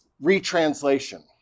retranslation